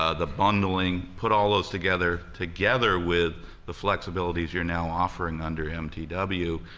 ah the bundling, put all those together, together with the flexibilities you are now offering under mtw,